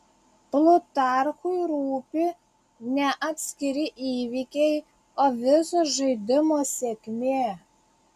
plutarchui rūpi ne atskiri įvykiai o viso žaidimo sėkmė